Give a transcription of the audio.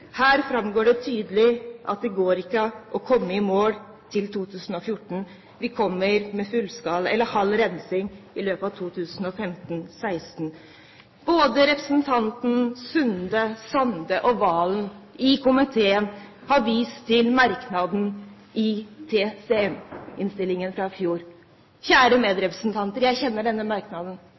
Her framgår det tydelig at det ikke går å komme i mål til 2014. Vi kommer med halv rensing i løpet av 2015–2016. Representantene Sund, Sande og Valen i komiteen har vist til merknaden i TCM-innstillingen fra i fjor. Kjære medrepresentanter, jeg kjenner denne merknaden,